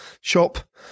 shop